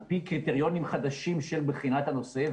על פי קריטריונים חדשים של בחינת הנושא,